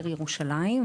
ירושלים,